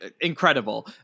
Incredible